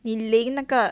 你凌那个